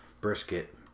Brisket